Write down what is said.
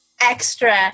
extra